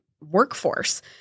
workforce